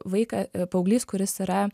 vaiką paauglys kuris yra